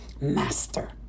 master